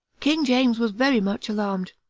king james was very much alarmed.